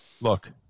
Look